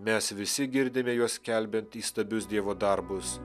mes visi girdime juos skelbiant įstabius dievo darbus